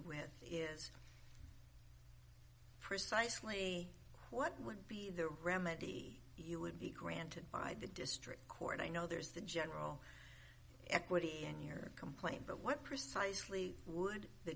with is precisely what would be the remedy you would be granted by the district court i know there's the general equity in your complaint but what precisely would the